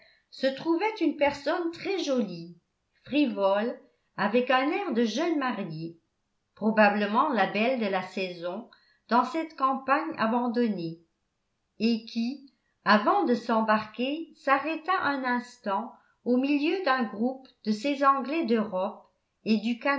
se trouvait une personne très-jolie frivole avec un air de jeune mariée probablement la belle de la saison dans cette campagne abandonnée et qui avant de s'embarquer s'arrêta un instant au milieu d'un groupe de ces anglais d'europe et du